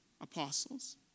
apostles